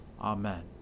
Amen